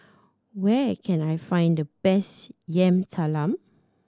where can I find the best Yam Talam